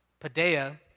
padea